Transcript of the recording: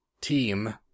team